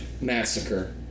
massacre